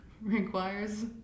requires